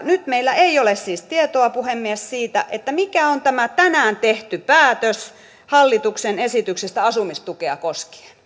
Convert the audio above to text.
nyt meillä ei ole siis tietoa puhemies siitä siitä mikä on tämä tänään tehty päätös hallituksen esityksestä asumistukea koskien